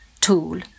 tool